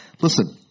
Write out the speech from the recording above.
Listen